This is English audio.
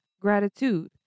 gratitude